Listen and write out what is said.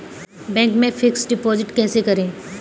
Bank में fix deposit कैसे करें?